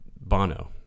Bono